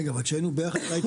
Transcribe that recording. רגע אבל כשהיינו ביחד אתה היית